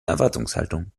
erwartungshaltung